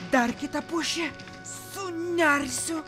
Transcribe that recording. dar kitą pušį sunersiu